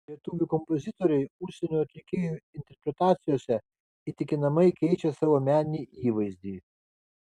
lietuvių kompozitoriai užsienio atlikėjų interpretacijose įtikinamai keičia savo meninį įvaizdį